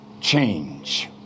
change